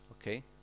Okay